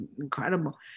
incredible